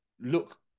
look